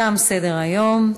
תם סדר-היום.